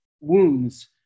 wounds